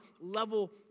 level